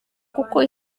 kuko